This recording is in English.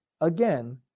again